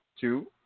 Two